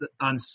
on